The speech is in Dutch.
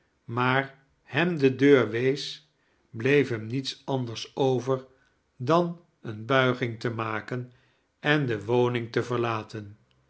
maar hem de deiur wees bleef hem ruiets anders over dan eene buiging te maken en de woning te verlaten